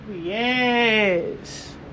yes